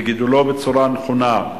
בגידולו בצורה נכונה,